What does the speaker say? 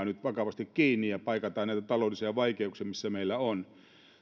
nyt vakavasti kiinni ja paikataan näitä taloudellisia vaikeuksia mitä meillä on